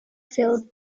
filled